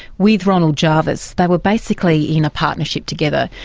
with ronald jarvis they were basically in a partnership together.